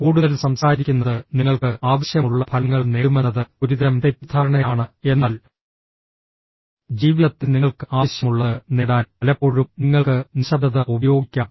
കൂടുതൽ സംസാരിക്കുന്നത് നിങ്ങൾക്ക് ആവശ്യമുള്ള ഫലങ്ങൾ നേടുമെന്നത് ഒരുതരം തെറ്റിദ്ധാരണയാണ് എന്നാൽ ജീവിതത്തിൽ നിങ്ങൾക്ക് ആവശ്യമുള്ളത് നേടാൻ പലപ്പോഴും നിങ്ങൾക്ക് നിശബ്ദത ഉപയോഗിക്കാം